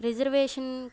reservation